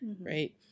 Right